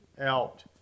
out